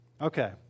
Okay